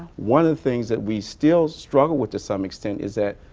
one of the things that we still struggle with to some extent is that